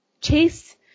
Chase